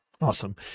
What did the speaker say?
Awesome